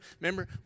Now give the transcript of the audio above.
remember